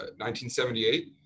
1978